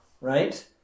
right